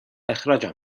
اخراجم